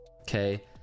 okay